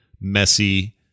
messy